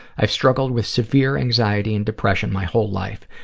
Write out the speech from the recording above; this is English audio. i've struggled with severe anxiety and depression my whole life,